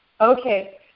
Okay